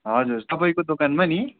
हजुर तपाईँको दोकानमा नि